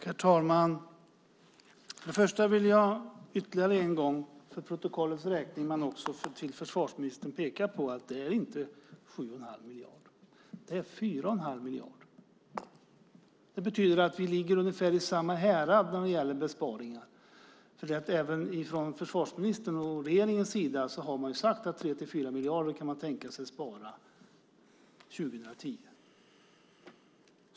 Herr talman! Jag vill ytterligare en gång, för protokollets skull men också till försvarsministern, peka på att det inte handlar om 7 1⁄2 miljard. Det handlar om 4 1⁄2 miljard. Det betyder att vi ligger i ungefär samma härad när det gäller besparingar. Även från försvarsministerns och regeringens sida har man ju sagt att 3-4 miljarder kan man tänka sig att spara 2010.